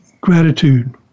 gratitude